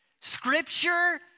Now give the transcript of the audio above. Scripture